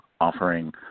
offering